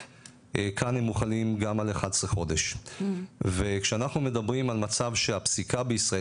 כאן הם מוחלים גם על 11 חודש וכשאנחנו מדברים על מצב שהפסיקה בישראל